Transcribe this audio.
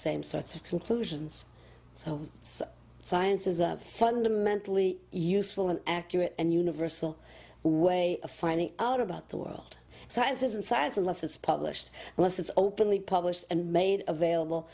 same sorts of conclusions so science is a fundamentally useful and accurate and universal way of finding out about the world science isn't science unless it's published unless it's openly published and made available